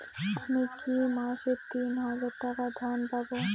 আমি কি মাসে তিন হাজার টাকার ঋণ পাবো?